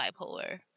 bipolar